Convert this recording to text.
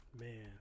Man